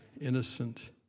innocent